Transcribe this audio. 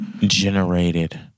Generated